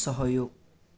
सहयोग